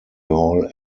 hall